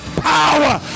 power